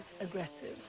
aggressive